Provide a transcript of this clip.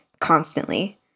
constantly